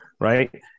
right